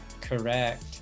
correct